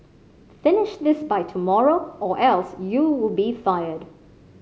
finish this by tomorrow or else you would be fired